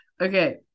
Okay